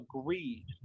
agreed